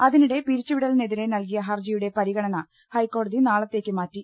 അതിനിടെ പിരിച്ചുവിടലിനെതിരെ നൽകിയ ഹർജിയുടെ പരി ഗണന ഹൈക്കോടതി നാളത്തേക്ക് മാറ്റി